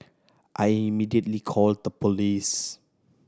I immediately called the police